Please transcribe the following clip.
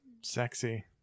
Sexy